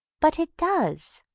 but it does,